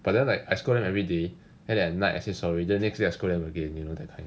but then like I scold them everyday and then at night I say sorry then next day I scold them again you know that kind